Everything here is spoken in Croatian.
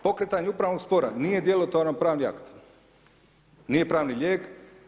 Pokretanje upravnog spora nije djelotvoran pravni akt, nije pravni lijek.